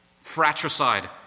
Fratricide